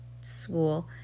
school